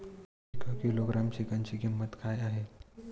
एक किलोग्रॅम चिकनची किंमत काय आहे?